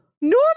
Normal